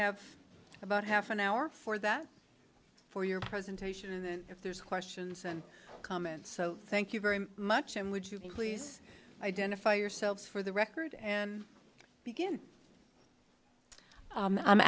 have about half an hour for that for your presentation and then if there's questions and comments so thank you very much and would you please identify yourselves for the record and begin